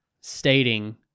stating